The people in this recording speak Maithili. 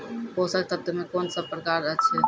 पोसक तत्व मे कून सब प्रकार अछि?